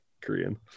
Korean